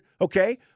okay